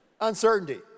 Uncertainty